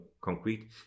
concrete